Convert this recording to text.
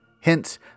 Hence